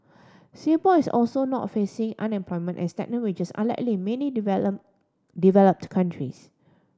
Singapore is also not facing unemployment and stagnant wages unlike many developed countries